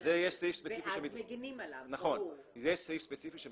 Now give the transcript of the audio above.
יש סעיף ספציפי שמתייחס לזה.